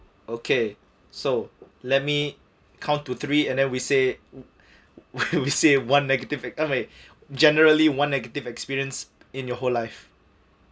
okay so let me count to three and then we say we say one negative I mean generally one negative experience in your whole life